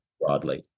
broadly